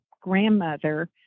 grandmother